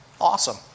awesome